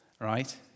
Right